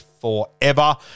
forever